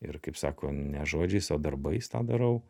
ir kaip sako ne žodžiais o darbais tą darau